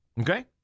Okay